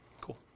Cool